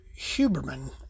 Huberman